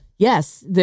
Yes